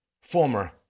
former